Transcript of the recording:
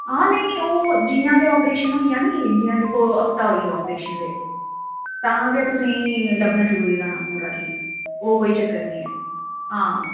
आं नेईं ओह् जि'यां गै आपरेशन होई गेआ नी जि'यां दिक्खो हफ्ता होई गेआ आपरेशन होई गेआ हफ्ता दे तां गै तुसेंगी लब्भना शुरू होई जाना पूरा ठीक ओह् कोई चक्कर निं ऐ